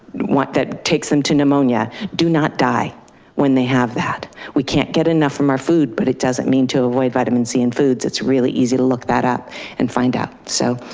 what that takes them to pneumonia do not die when they have that. we can't get enough from our food, but it doesn't mean to avoid vitamin c and foods. it's really easy to look that up and find out. so